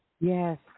Yes